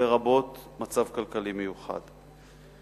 לרבות מצב כלכלי מיוחד.